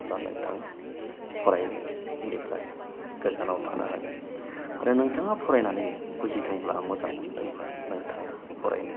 अब्ला नोंथाङा फरायनायनिफ्राय गोजानाव थानो हागोन आरो नोंथाङा फरायनानै बुजिदोंब्ला मोजां मोनदोंब्ला नोंथाङा फरायनो